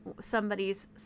somebody's